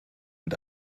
mit